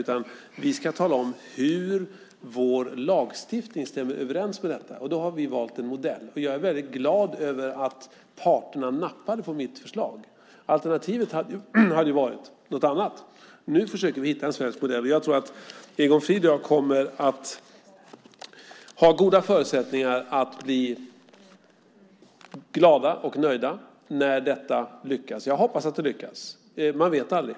Vi ska i stället tala om hur vår lagstiftning stämmer överens med detta. Vi har då valt en modell. Jag är väldigt glad över att parterna nappat på mitt förslag. Alternativet hade ju varit någonting annat. Nu försöker vi hitta en svensk modell. Jag tror att Egon Frid och jag kommer att ha goda förutsättningar att bli glada och nöjda när detta lyckas. Jag hoppas att det lyckas, men man vet aldrig.